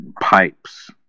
pipes